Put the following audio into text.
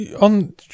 on